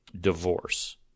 Divorce